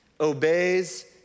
obeys